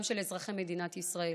גם של אזרחי מדינת ישראל,